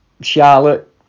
charlotte